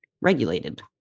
Regulated